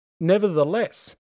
Nevertheless